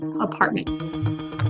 apartment